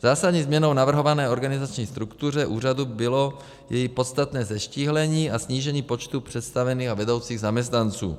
Zásadní změnou v navrhované organizační struktuře Úřadu bylo její podstatné zeštíhlení a snížení počtu představených a vedoucích zaměstnanců.